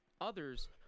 others